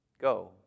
go